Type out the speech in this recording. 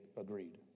agreed